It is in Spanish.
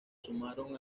sumaron